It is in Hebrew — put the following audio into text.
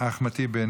אחמד טיבי,